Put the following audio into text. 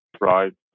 right